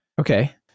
Okay